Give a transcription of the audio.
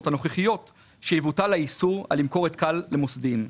הנוכחיות שיבוטל האיסור על מכירת כאל למוסדיים.